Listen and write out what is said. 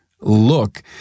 look